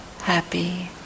happy